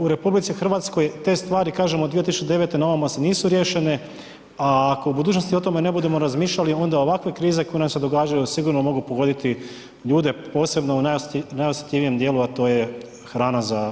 U RH te stvari, kažem od 2009. na ovamo se nisu riješene, a ako u budućnosti o tome ne budemo razmišljali onda ovakve krize koje nam se događaju sigurno mogu pogoditi ljude, posebno u najosjetljivijem dijelu, a to je hrana za